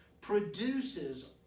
produces